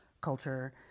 culture